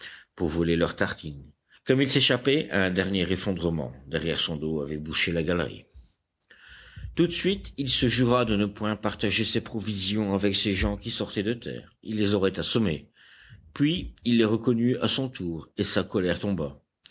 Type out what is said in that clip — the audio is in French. pour voler leurs tartines comme il s'échappait un dernier effondrement derrière son dos avait bouché la galerie tout de suite il se jura de ne point partager ses provisions avec ces gens qui sortaient de terre il les aurait assommés puis il les reconnut à son tour et sa colère tomba